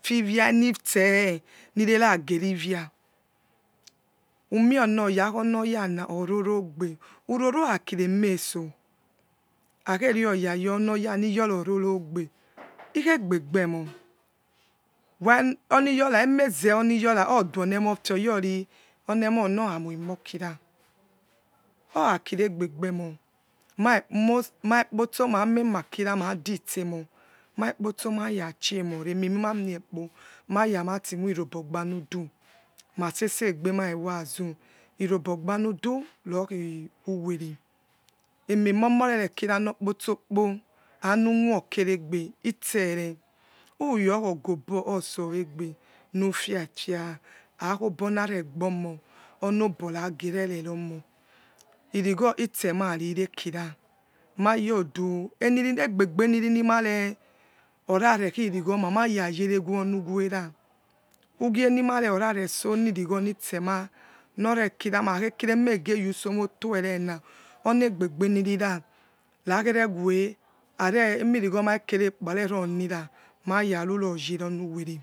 Fiwianose nirerageriwia umioneys akhonoyang ororogbe uroroakiremeso (morse) akheriaya ohoyana iyora ororogbe ikhegbebe mo why emeze oniyora adonemofia oniemongoramoimokira orakiregbebekno maipotsio mamenns kura madise mor maikpoto marachi jermore emimamie kpomavavögbo banmidyasese egbema wazu wobogbamydy rokhi muvers ememi omorere kits nokpotso kepo amunoco keregbe itsere uyokagobo otsowegbe nufia fia akhobonaregbo mohakonobo ragerereromon righotisemia rire kira mayodu egbebenirimare orgrekhi traghome mareyerewonuwers. ugie nimerekkoraresonirighonitsema nor ekira makhs kheking mage, yonusomoto emensioni egbebe nirira nakhere we kemirighomakenekpo arenirs marare royere onewere.